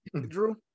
Drew